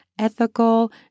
ethical